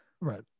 Right